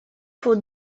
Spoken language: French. pour